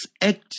act